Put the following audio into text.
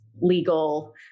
legal